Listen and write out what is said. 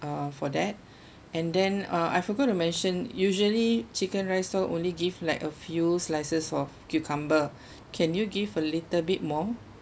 uh for that and then uh I forgot to mention usually chicken rice stall only give like a few slices of cucumber can you give a little bit more